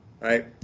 right